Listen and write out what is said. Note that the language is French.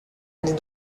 des